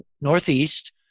northeast